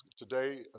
Today